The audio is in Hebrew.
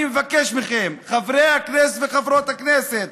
אני מבקש מכם, חברי הכנסת וחברות הכנסת,